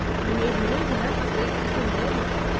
you made noise enough to wake even dead men.